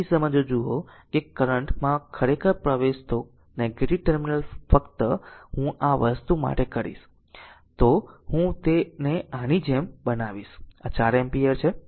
આ કિસ્સામાં જો જુઓ કે કરંટ માં ખરેખર પ્રવેશ કરતો નેગેટિવ ટર્મિનલ ફક્ત હું આ વસ્તુ માટે કરીશ તો હું તેને આની જેમ બનાવીશ આ 4 એમ્પીયર છે